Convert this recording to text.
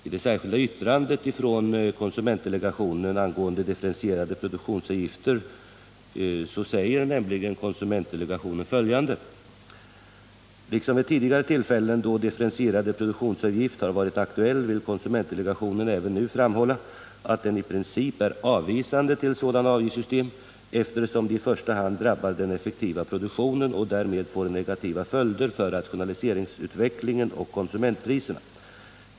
I det särskilda yttrandet från konsumentdelegationen angående differentierade produktionsavgifter säger nämligen delegationen följande: ”Liksom vid tidigare tillfällen då differentierad produktionsavgift har varit aktuell vill konsumentdelegationen även nu framhålla att den i princip är avvisande till sådana avgiftssystem, eftersom de i första hand drabbar den effektiva produktionen och därmed får negativa följder för rationaliseringsutvecklingen och konsumentpriserna.